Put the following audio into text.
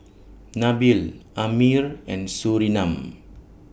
Nabil Ammir and Surinam